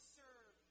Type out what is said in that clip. serve